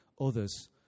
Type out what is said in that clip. others